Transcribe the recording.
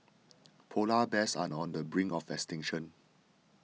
Polar Bears are on the brink of extinction